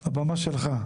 הבמה שלך.